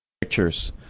pictures